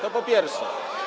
To po pierwsze.